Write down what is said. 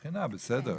בחנה, בסדר.